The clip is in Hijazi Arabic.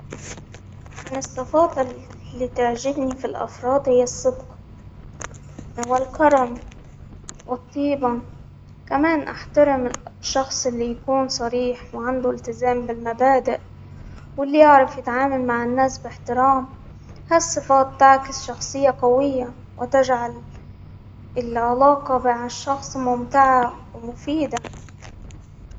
من الصفات اللي بتعجبني في الأفراد هي الصدق، والكرم والطيبة كمان أحترم الشخص اللي يكون صريح وعنده التزام بالمبادئ، واللي يعرف يتعامل مع الناس بإحترام هالصفات تعكس شخصية قوية ، وتجعل العلاقة مع الشخص ممتعة ومفيدة.